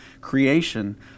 creation